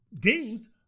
games